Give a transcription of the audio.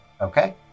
Okay